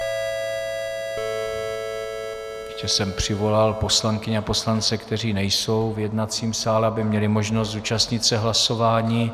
Ještě jsem přivolal poslankyně a poslance, kteří nejsou v jednacím sále, aby měli možnost zúčastnit se hlasování.